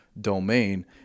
domain